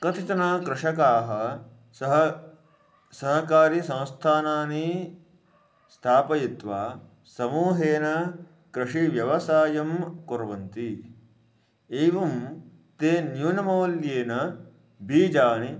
कतिचन कृषकानां सह सहकारीसंस्थानानि स्थापयित्वा समूहेन कृषिव्यवसायं कुर्वन्ति एवं ते न्यूनमौल्येन बीजाणि